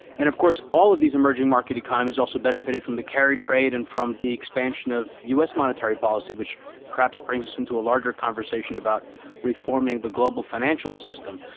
and of course, all of these emerging market economies also benefited from the carry trade and from the expansion of us monetary policy, which perhaps brings us in to a larger conversation about reforming the global financial system.